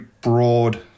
broad